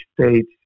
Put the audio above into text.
states